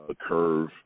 curve